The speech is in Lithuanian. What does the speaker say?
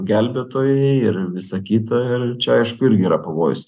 gelbėtojai ir visa kita ir čia aišku irgi yra pavojus